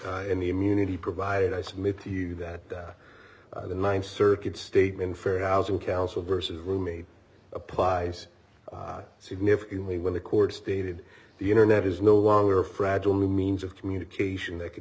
act in the immunity provided i submit to you that the ninth circuit statement fair housing council versus roommate applies significantly when the court stated the internet is no longer fragile means of communication that could